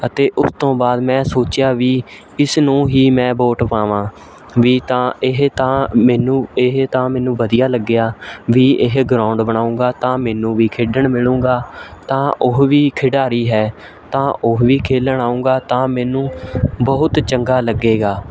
ਅਤੇ ਉਸ ਤੋਂ ਬਾਅਦ ਮੈਂ ਸੋਚਿਆ ਵੀ ਇਸ ਨੂੰ ਹੀ ਮੈਂ ਵੋਟ ਪਾਵਾਂ ਵੀ ਤਾਂ ਇਹ ਤਾਂ ਮੈਨੂੰ ਇਹ ਤਾਂ ਮੈਨੂੰ ਵਧੀਆ ਲੱਗਿਆ ਵੀ ਇਹ ਗਰਾਊਂਡ ਬਣਾਊਂਗਾ ਤਾਂ ਮੈਨੂੰ ਵੀ ਖੇਡਣ ਮਿਲੂੰਗਾ ਤਾਂ ਉਹ ਵੀ ਖਿਡਾਰੀ ਹੈ ਤਾਂ ਉਹ ਵੀ ਖੇਲਣ ਆਊਂਗਾ ਤਾਂ ਮੈਨੂੰ ਬਹੁਤ ਚੰਗਾ ਲੱਗੇਗਾ